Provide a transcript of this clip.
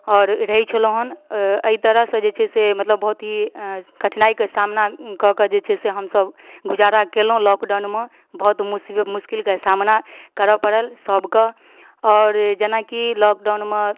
आओर रहै छलहुँ हन अइ तरहसँ जे छै से मतलब बहुत ही कठिनाइयक सामना कऽके जे छै से हमसब गुजारा केलहुँ लॉकडाउनमे बहुत मुसी मुश्किलके सामना करऽ पड़ल सबके आओर जेनाकि लॉकडाउनमे